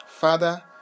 Father